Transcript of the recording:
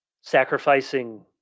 sacrificing